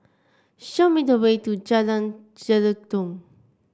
show me the way to Jalan Jelutong